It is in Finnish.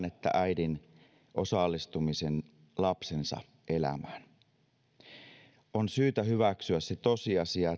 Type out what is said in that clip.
että äidin osallistumisen lapsensa elämään on syytä hyväksyä se tosiasia